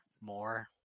more